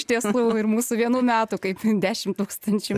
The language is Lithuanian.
iš tiesų ir mūsų vienų metų kaip dešim tūkstančių